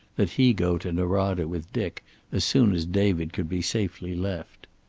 that he go to norada with dick as soon as david could be safely left.